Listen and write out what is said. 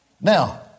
Now